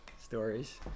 stories